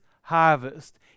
harvest